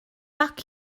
back